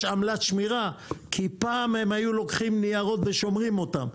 יש עמלת שמירה כי פעם הם היו לוקחים ניירות ושומרים אותם,